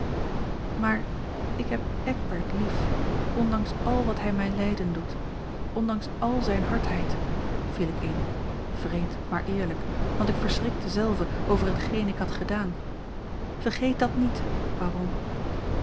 maar ik heb eckbert lief ondanks al wat hij mij lijden doet ondanks al zijne hardheid viel ik in wreed maar eerlijk want ik verschrikte zelve over hetgeen ik had gedaan vergeet dat niet baron